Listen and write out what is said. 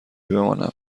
بمانم